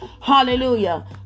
Hallelujah